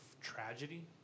tragedy